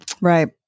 Right